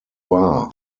wah